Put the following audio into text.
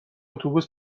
اتوبوس